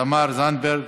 תמר זנדברג,